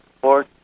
four